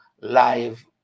live